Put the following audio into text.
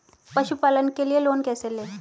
पशुपालन के लिए लोन कैसे लें?